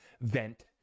vent